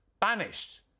Banished